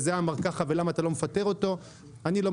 וזה אמר ככה,